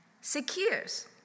Secures